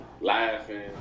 laughing